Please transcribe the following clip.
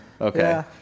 okay